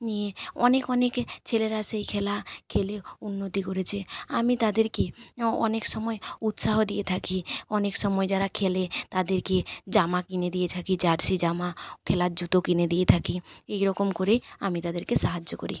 নিয়ে অনেক অনেক ছেলেরা সেই খেলা খেলে উন্নতি করেছে আমি তাদেরকে অনেক সময় উৎসাহ দিয়ে থাকি অনেক সময় যারা খেলে তাদেরকে জামা কিনে দিয়ে থাকি জার্সি জামা খেলার জুতো কিনে দিয়ে থাকি এই রকম করে আমি তাদেরকে সাহায্য করি